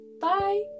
Bye